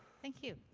thank you.